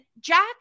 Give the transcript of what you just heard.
Jack